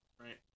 right